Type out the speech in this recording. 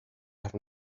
have